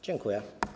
Dziękuję.